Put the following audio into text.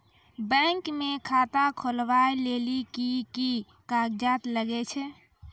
Bank म खाता खोलवाय लेली की की कागज लागै छै?